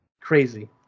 crazy